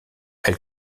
elle